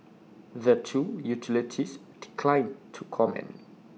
the two utilities declined to comment